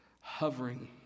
hovering